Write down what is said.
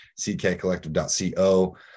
ckcollective.co